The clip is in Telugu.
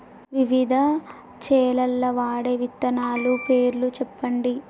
వివిధ చేలల్ల వాడే విత్తనాల పేర్లు చెప్పండి?